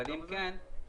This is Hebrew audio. הממונה ייתן תנאים מסוג א',